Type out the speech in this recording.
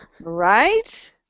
Right